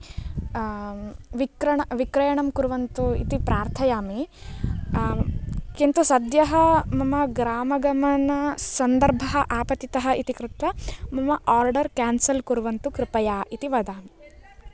विक्रण विक्रयणं कुर्वन्तु इति प्रार्थयामि किन्तु सद्यः मम ग्रामगमनसन्दर्भः आपतितः इति कृत्वा मम आर्डर् केन्सल् कुर्वन्तु कृपया इति वदामि